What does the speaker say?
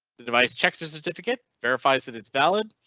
the device checks certificate verifies that it's valid.